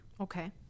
Okay